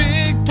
Big